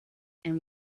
and